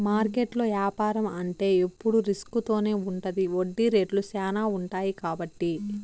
మార్కెట్లో యాపారం అంటే ఎప్పుడు రిస్క్ తోనే ఉంటది వడ్డీ రేట్లు శ్యానా ఉంటాయి కాబట్టి